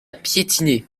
piétiner